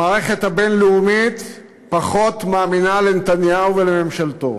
המערכת הבין-לאומית פחות מאמינה לנתניהו ולממשלתו.